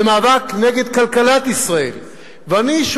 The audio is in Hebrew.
זה מאבק נגד כלכלת ישראל.